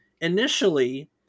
Initially